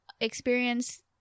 experience